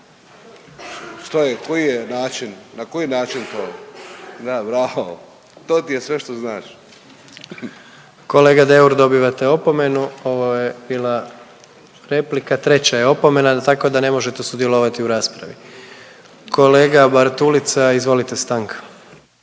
to ti je sve što znaš. **Jandroković, Gordan (HDZ)** Kolega Deur, dobivate opomenu. Ovo je bila replika, treća je opomena, tako da ne možete sudjelovati u raspravi. Kolega Bartulica, izvolite, stanka.